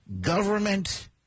Government